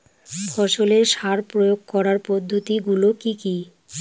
ফসলের সার প্রয়োগ করার পদ্ধতি গুলো কি কি?